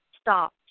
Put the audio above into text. Stop